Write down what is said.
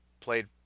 played